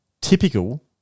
typical